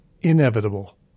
inevitable